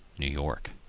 new york.